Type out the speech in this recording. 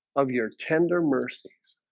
of your tender mercies